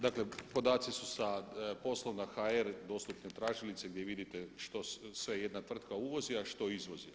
Dakle podaci su sa poslovna.hr dostupni u tražili gdje vidite što sve jedna tvrtka uvozi a što izvozi.